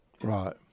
right